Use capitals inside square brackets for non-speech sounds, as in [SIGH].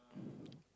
[BREATH]